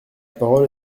parole